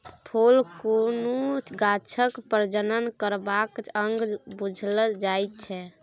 फुल कुनु गाछक प्रजनन करबाक अंग बुझल जाइ छै